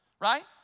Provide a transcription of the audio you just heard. right